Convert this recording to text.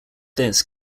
this